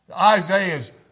Isaiah's